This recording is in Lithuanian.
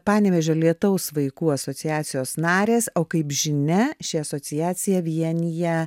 panevėžio lietaus vaikų asociacijos narės o kaip žinia ši asociacija vienija